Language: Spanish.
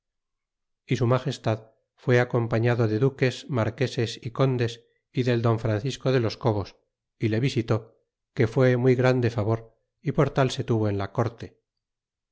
y su magestad fué acompañado de duques marqueses y condas y del don francisco de los cobos y le visitó que fué muy grande favor y por tal se tuvo en la corte